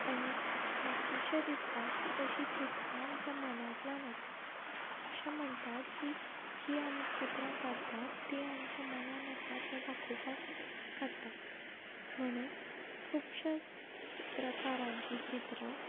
आनी म्हाका अशें दिसता की असली चित्रां आमच्या मनांतल्यान येता अशें म्हणटा की जी आमी चित्रां काडटात ती आमच्या मनांत आसा तें दाखोवपाक काडटा खुबशे चित्रकारांची चित्रां